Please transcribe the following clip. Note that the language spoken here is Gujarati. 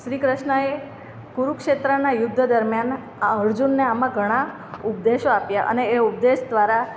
શ્રી કૃષ્ણએ કુરુકક્ષેત્રનાં યુદ્ધ દરમ્યાન આ અર્જુનને આમાં ઘણા ઉપદેશો આપ્યા અને એ ઉપદેશ દ્વારા